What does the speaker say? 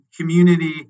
community